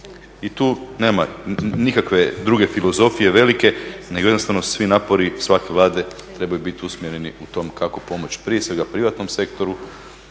I tu nema nikakve druge filozofije velike, nego jednostavno svi napori svake Vlade trebaju biti usmjereni u tom kako pomoći, prije svega privatnom sektoru